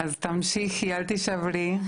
אז תמשיכי, אל תישברי.